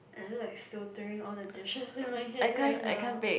I'm just like filtering all the dishes in my head right now